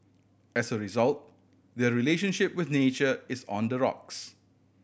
as a result their relationship with nature is on the rocks